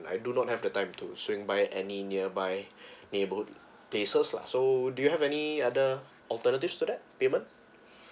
I do not have the time to swing by any nearby neighbor places lah so do you have any other alternative for that payment